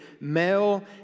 male